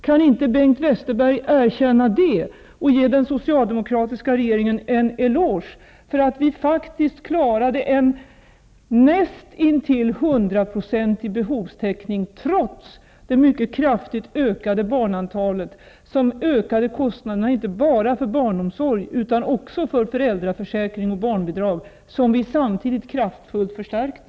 Kan inte Bengt Westerberg erkänna det och ge den socialde mokratiska regeringen en eloge för att vi faktiskt klarade en näst intill hundraprocentig behovstäck ning trots det mycket kraftigt ökade barnantalet, som ökade kostnaderna inte bara för barnomsorg utan också för föräldraförsäkring och barnbidrag, som vi samtidigt kraftfullt förstärkte?